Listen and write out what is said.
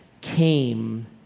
came